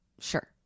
sure